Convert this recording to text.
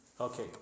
Okay